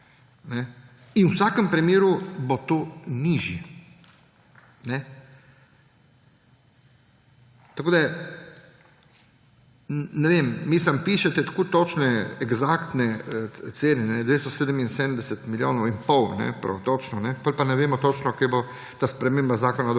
V vsakem primeru bo to nižje. Tako ne vem, mislim, pišete tako točne, eksaktne ocene, 277 milijonov in pol, prav točno, potem pa ne vemo točno, kaj bo ta sprememba Zakona o